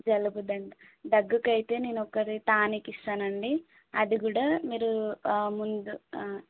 జలుబు దగ్గు దగ్గుకు అయితే నేను ఒకటి టానిక్ ఇస్తాను అండి అది కూడా మీరు ముందు